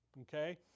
Okay